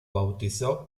bautizó